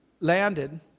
landed